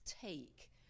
take